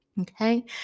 okay